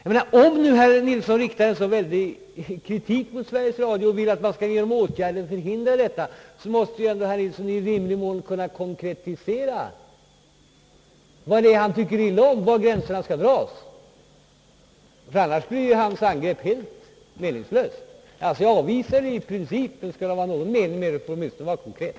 Om herr Ferdinand Nilsson riktar så skarp kritik mot Sveriges Radio och vill att vi genom åtgärder skall stoppa vissa program måste herr Nilsson i rimlig mån kunna konkretisera vad han tycker illa om och var gränserna skall dragas, annars blir hans angrepp helt meningslöst. Skall det vara någon mening med kritiken bör den åtminstone vara konkret.